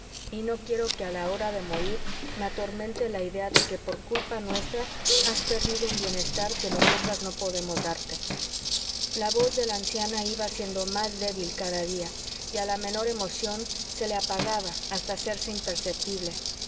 y no quiero que a la hora de morir me atormente la idea de que por culpa nuestra has perdido un bienestar que nosotras no podemos darte la voz de la anciana iba siendo más débil cada día y a la menor emoción se le apagaba hasta hacerse imperceptible